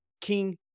King